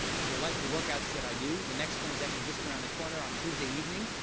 the like the workouts that i do. the next one is actually just around the corner on tuesday evening.